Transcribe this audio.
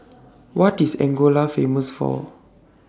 What IS Angola Famous For